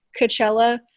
Coachella